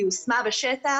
היא יושמה בשטח.